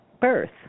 birth